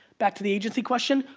back to the agency question,